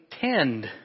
tend